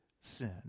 sin